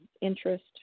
interest